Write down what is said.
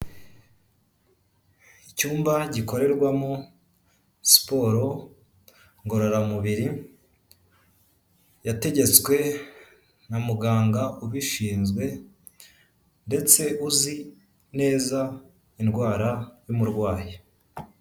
Icyumba gikorerwamo siporo ngororamubiri yategetswe na muganga ubishinzwe, ndetse uzi neza indwara y'umurwayi.